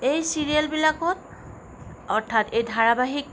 এই চিৰিয়েলবিলাকত অৰ্থাৎ এই ধাৰাবাহিক